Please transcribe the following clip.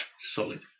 solid